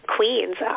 Queens